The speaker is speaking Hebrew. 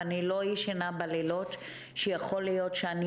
ואין אפילו איזו תוכנית איך מתמודדים עם שגרת הקורונה